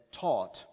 taught